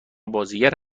بازیگر